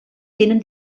tenen